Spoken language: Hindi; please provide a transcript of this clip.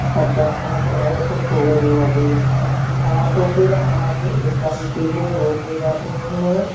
अच्छा आप नए शिफ्ट हुए हो अभी हाँ तो फिर आप एक काम कीजिए वह कोई बात नहीं है